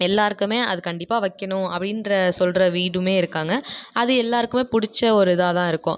எல்லோருக்குமே அது கண்டிப்பாக வைக்கணும் அப்படின்ற சொல்கிற வீடும் இருக்காங்க அது எல்லோருக்குமே புடிச்ச ஒரு இதாக தான் இருக்கும்